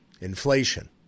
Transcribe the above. Inflation